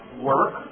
Work